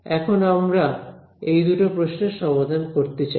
এখন আমরা এই দুটো প্রশ্নের সমাধান করতে চাই